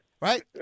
right